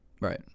right